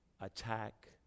attack